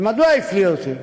ומדוע הפליא אותי?